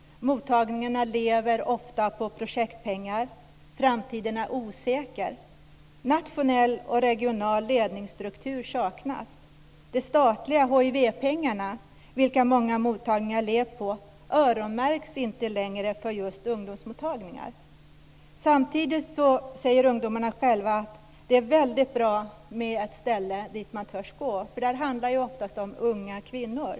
Mottagningarna lever ofta på projektpengar. Framtiden är osäker. Nationell och regional ledningsstruktur saknas. De statliga hivpengarna, som många mottagningar levt på, öronmärks inte längre för just ungdomsmottagningar. Samtidigt säger ungdomarna själva att det är väldigt bra med ett ställe dit man törs gå. Det här handlar ju ofta om unga kvinnor.